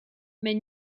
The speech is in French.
mais